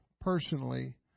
personally